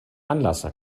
anlasser